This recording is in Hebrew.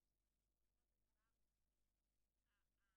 או לא טוב?